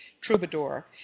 troubadour